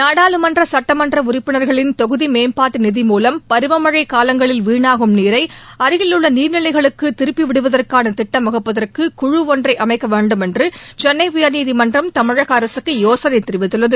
நாடாளுமன்ற சட்டமன்ற உறுப்பினர்களின் தொகுதி மேம்பாட்டு நிதி மூலம் பருவமழை காலங்களில் வீணாகும் நீரை அருகில் உள்ள நீர்நிலைகளுக்கு திருப்பி விடுவதற்கான திட்டம் வகுப்பதற்கு குழு ஒன்றை அமைக்க வேண்டுமென்று சென்னை உயர்நீதிமன்றம் தமிழக அரசுக்கு யோசனை தெரிவித்துள்ளது